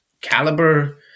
caliber